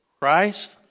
Christ